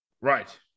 Right